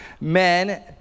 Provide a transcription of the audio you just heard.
men